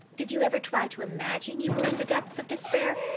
did you ever try to imagine you were in the depths of despair?